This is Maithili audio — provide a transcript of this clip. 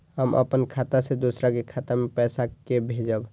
हम अपन खाता से दोसर के खाता मे पैसा के भेजब?